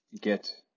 get